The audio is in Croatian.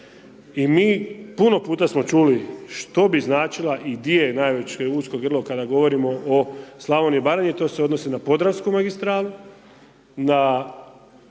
I mi puno puta smo čuli što bi značila i gdje je najveće usko grlo, kada govorimo o Slavoniji i Baranji, to se odnosi na Podravsku magistralu, na